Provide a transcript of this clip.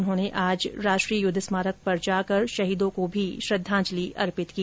उन्होंने आज राष्ट्रीय युद्ध स्मारक जाकर शहीदों को भी श्रद्धांजलि अर्पित की